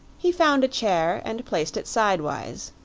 he found a chair and placed it sidewise,